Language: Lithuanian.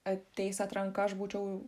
ateis atranka aš būčiau